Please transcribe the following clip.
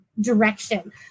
direction